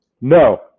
no